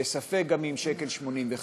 ובספק גם אם ב-1.85 שקל אפשר.